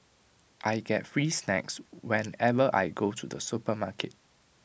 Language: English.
I get free snacks whenever I go to the supermarket